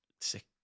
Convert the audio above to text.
sick